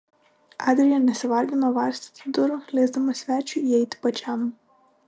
adrija nesivargino varstyti durų leisdama svečiui įeiti pačiam